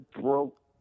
broke